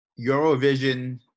Eurovision